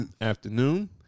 afternoon